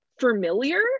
familiar